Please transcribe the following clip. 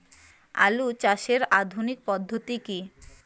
আলু চাষের আধুনিক পদ্ধতি কি?